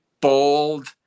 bold